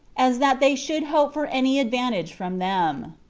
as that they should hope for any advantage from them.